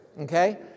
okay